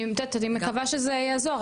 אני מקווה שזה יעזור.